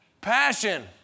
passion